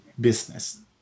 business